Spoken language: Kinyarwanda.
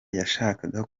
yashakaga